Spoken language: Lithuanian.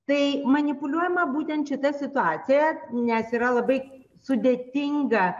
tai manipuliuojama būtent šita situacija nes yra labai sudėtinga